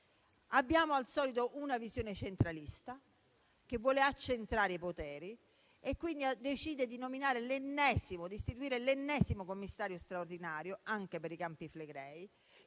Abbiamo, al solito, una visione centralista che vuole accentrare i poteri e, quindi, decide di istituire l'ennesimo commissario straordinario anche per i Campi Flegrei,